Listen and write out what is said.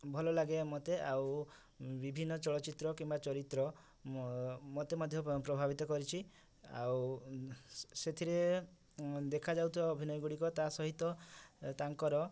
ଭଲ ଲାଗେ ମୋତେ ଆଉ ବିଭିନ୍ନ ଚଳଚିତ୍ର କିମ୍ବା ଚରିତ୍ର ମ ମୋତେ ମଧ୍ୟ ପ୍ରଭାବିତ କରିଛି ଆଉ ସେଥିରେ ଦେଖା ଯାଉଥିବା ଅଭିନୟଗୁଡ଼ିକ ତା ସହିତ ତାଙ୍କର